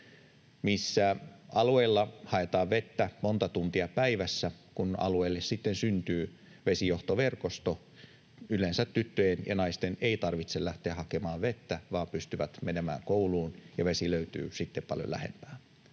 joilla haetaan vettä monta tuntia päivässä, sitten syntyy vesijohtoverkosto, yleensä tyttöjen ja naisten ei tarvitse lähteä hakemaan vettä, vaan he pystyvät menemään kouluun ja vesi löytyy sitten paljon lähempää.